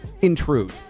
intrude